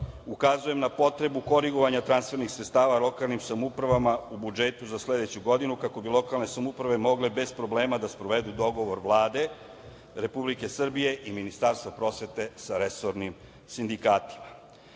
ukazujem na potrebu korigovanja transfernih sredstava lokalnim samoupravama u budžetu za sledeću godinu, kako bi lokalne samouprave mogle bez problema da sprovedu dogovor Vlade Republike Srbije i Ministarstva prosvete sa resornim sindikatima. Naravno,